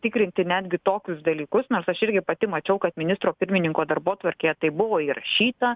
tikrinti netgi tokius dalykus nors aš irgi pati mačiau kad ministro pirmininko darbotvarkėje tai buvo įrašyta